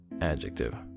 adjective